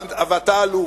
ואתה אלוף,